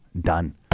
Done